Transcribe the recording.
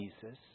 Jesus